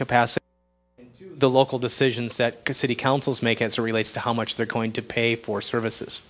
capacity the local decisions that the city councils make answer relates to how much they're going to pay for services